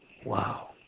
Wow